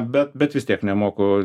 bet bet vis tiek nemoku